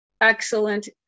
Excellent